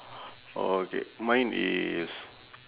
okay mine is